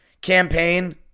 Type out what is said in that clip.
campaign